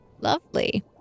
Lovely